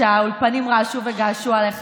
שהאולפנים רעשו וגעשו עליך,